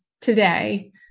today